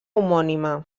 homònima